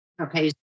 Okay